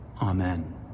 Amen